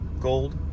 Gold